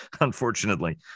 unfortunately